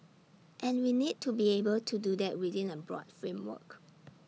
and we need to be able to do that within A broad framework